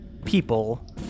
people